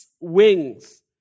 wings